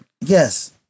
Yes